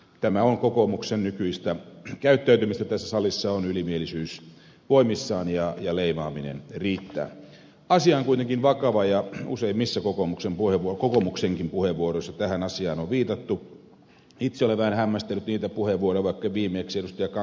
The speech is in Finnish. tämä on kokoomuksen nykyistä käyttäytymistä tässä salissa on ylimielisyys voimissaan ja ja leimaaminen riitä asian kuitenkin vakava ja useimmissa kokoomuksen nuevokokoomuksenkin puheenvuoroissa tähän asiaan on viitattu itse levä hämmästyttivät puhevuorovat viimeksi joka